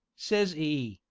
says e,